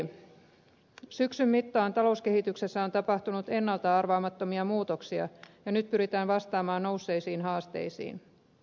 syksyn mittaan talouskehityksessä on tapahtunut ennalta arvaamattomia muutoksia ja nyt pyritään vastaamaan esille nousseisiin haasteisiin